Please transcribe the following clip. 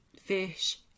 fish